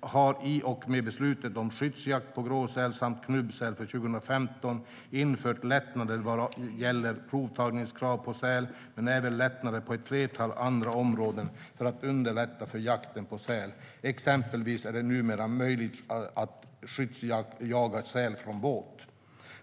har i och med beslutet om skyddsjakt på gråsäl samt knubbsäl för 2015 infört lättnader vad gäller provtagningskrav på säl men även lättnader på ett flertal andra områden för att underlätta jakten på säl. Exempelvis är det numera möjligt att skyddsjaga säl från båt.